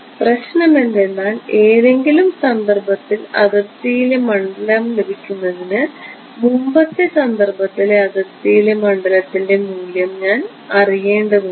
പ്രശ്നം എന്തെന്നാൽ ഏതെങ്കിലും സന്ദർഭത്തിൽ അതിർത്തിയിലെ മണ്ഡലം ലഭിക്കുന്നതിന് മുമ്പത്തെ സന്ദർഭത്തിലെ അതിർത്തിയിലെ മണ്ഡലത്തിൻറെ മൂല്യം ഞാൻ അറിയേണ്ടതുണ്ട്